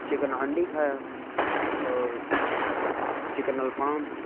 chicken handi کھایا اور chicken الفام